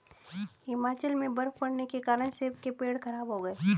हिमाचल में बर्फ़ पड़ने के कारण सेब के पेड़ खराब हो गए